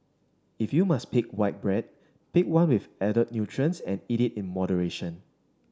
if you must pick white bread pick one with added nutrients and eat it in moderation